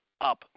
up